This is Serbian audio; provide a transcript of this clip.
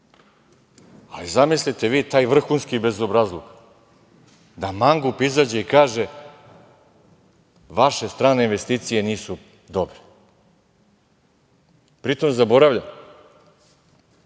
zamislite vi taj vrhunski bezobrazluk da mangup izađe i kaže – vaše strane investicije nisu dobre. Pri tom, zaboravlja